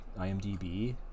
IMDB